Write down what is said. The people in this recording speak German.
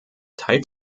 teilt